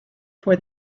for